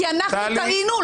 כי אנחנו טעינו,